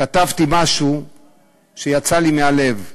כתבתי משהו שיצא לי מהלב: